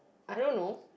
I don't know